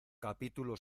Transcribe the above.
capítulo